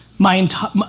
my entire,